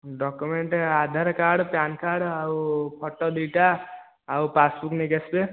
document Aadhaar card PAN card ଆଉ photo ଦୁଇଟା ଆଉ ପାସ୍ବୁକ୍ ନେଇକି ଆସିବେ